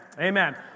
Amen